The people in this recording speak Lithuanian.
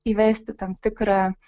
įvesti tam tikrą